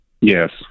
yes